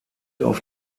auf